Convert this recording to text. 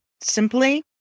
simply